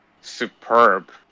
superb